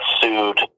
sued